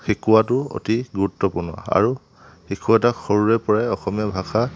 শিকোৱাটো অতি গুৰুত্বপূৰ্ণ আৰু শিশু এটাক সৰুৰে পৰাই অসমীয়া ভাষা